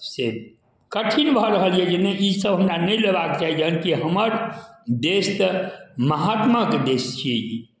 से कठिन भऽ रहल यए नहि ईसभ हमरा नहि लेबाक चाही जहन कि हमर देश तऽ महात्माके देश छियै ई